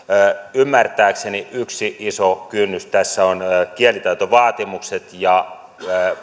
ymmärtääkseni yksi iso kynnys tässä ovat kielitaitovaatimukset ja